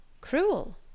Cruel